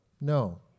No